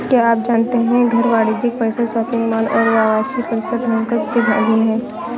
क्या आप जानते है घर, वाणिज्यिक परिसर, शॉपिंग मॉल और आवासीय परिसर धनकर के अधीन हैं?